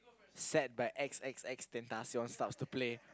sad by X X X Tentacion starts to play